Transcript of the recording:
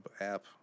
app